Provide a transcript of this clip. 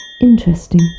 interesting